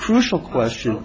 crucial question